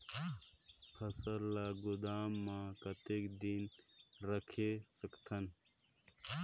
फसल ला गोदाम मां कतेक दिन रखे सकथन?